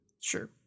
Sure